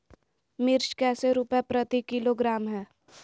मिर्च कैसे रुपए प्रति किलोग्राम है?